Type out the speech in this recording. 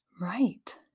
right